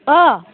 औ